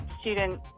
student